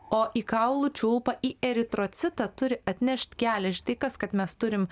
o į kaulų čiulpą į eritrocitą turi atnešt kelią štai kas kad mes turim